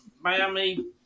Miami